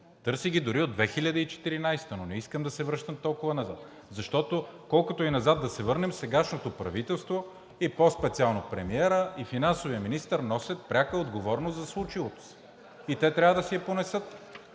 търси ги дори от 2014 г. Но не искам да се връщам толкова назад, защото, колкото и назад да се върнем, сегашното правителство, и по-специално премиерът и финансовият министър носят пряка отговорност за случилото се и те трябва да си я понесат.